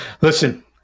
listen